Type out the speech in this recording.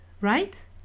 right